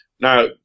Now